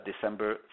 December